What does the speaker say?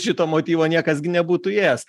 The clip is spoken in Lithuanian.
šito motyvo niekas gi nebūtų ėjęs